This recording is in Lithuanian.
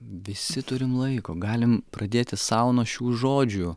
visi turim laiko galim pradėti sau nuo šių žodžių